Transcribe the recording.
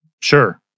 Sure